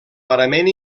parament